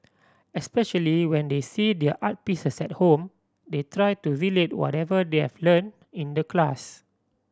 especially when they see their art pieces at home they try to relate whatever they've learnt in the class